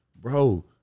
bro